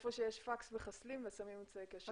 שהיכן שיש פקס, מחסלים ושמים אמצעי קשר דיגיטלי.